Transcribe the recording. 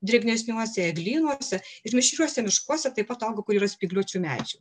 drėgnesniuose eglynuose ir mišriuose miškuose taip pat auga kur yra spygliuočių medžių